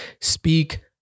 speak